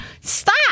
Stop